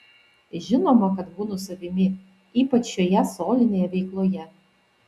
žinoma kad būnu savimi ypač šioje solinėje veikloje